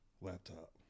laptop